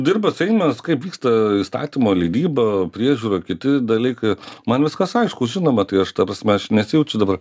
dirba seimas kaip vyksta įstatymo leidyba priežiūra kiti dalykai man viskas aišku žinoma tai aš ta prasme aš nesijaučiu dabar